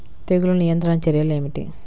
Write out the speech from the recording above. తెగులు నియంత్రణ చర్యలు ఏమిటి?